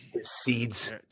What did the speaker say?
Seeds